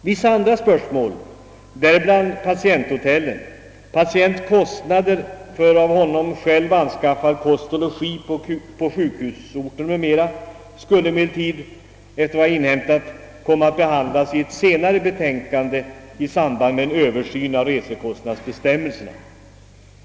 Vissa andra spörsmål, däribland patienthotellen, patientens kostnader för av honom själv anskaffad kost och logi på sjukhusort m.m., skulle emellertid, efter vad jag inhämtat, komma att behandlas i ctt senare betänkande i samband med en översyn av resekostnadsbestämmelserna.